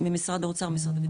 ממשרד האוצר ומשרד הביטחון.